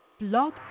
Blog